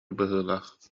быһыылаах